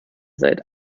seid